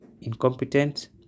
incompetent